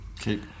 keep